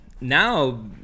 now